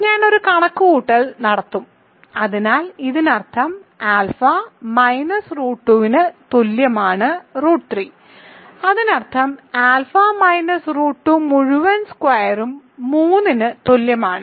ഞാൻ ഒരു കണക്കുകൂട്ടൽ നടത്തും അതിനാൽ ഇതിനർത്ഥം ആൽഫ മൈനസ് റൂട്ട് 2 ന് തുല്യമാണ് റൂട്ട് 3 അതിനർത്ഥം ആൽഫ മൈനസ് റൂട്ട് 2 മുഴുവൻ സ്ക്വയറും 3 ന് തുല്യമാണ്